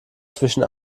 zwischen